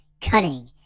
cunning